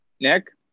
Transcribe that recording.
nick